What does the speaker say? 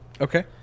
Okay